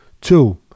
Two